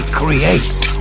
create